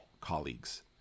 colleagues